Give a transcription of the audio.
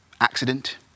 accident